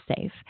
safe